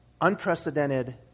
unprecedented